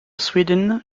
sweden